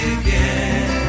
again